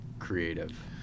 creative